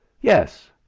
Yes